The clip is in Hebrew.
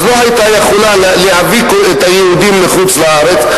אז לא היתה יכולה להביא את היהודים מחוץ-לארץ,